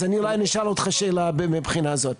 אז אולי אני אשאל אותך שאלה מהבחינה הזאת.